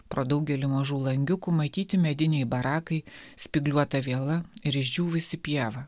pro daugelį mažų langiukų matyti mediniai barakai spygliuota viela ir išdžiūvusi pieva